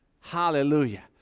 Hallelujah